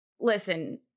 Listen